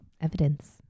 evidence